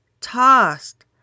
tossed